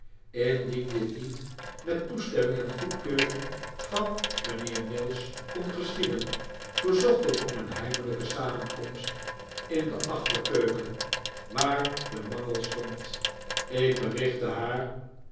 indien dit niet met toestemming en goedkeuring van mijnheer mills kon geschieden verzocht ik om een heimelijke samenkomst in de achterkeuken waar de mangel stond ik berichtte haar